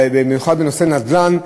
במיוחד בנושא נדל"ן,